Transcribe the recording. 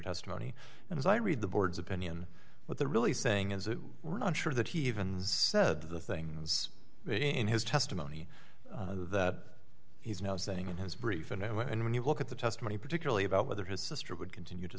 testimony and as i read the board's opinion what they're really saying is that we're not sure that he even said the things in his testimony that he's now saying in his brief and i mean when you look at the testimony particularly about whether his sister would continue to